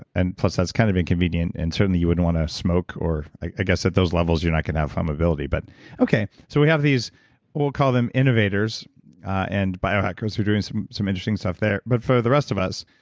and plus, that's kind of inconvenient, and certainly you wouldn't want to smoke or. i guess at those levels you're not going to have flammability. but okay, so we have these we'll call them innovators and biohackers who are doing some some interesting stuff there, but for the rest of us,